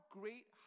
great